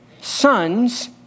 sons